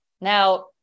now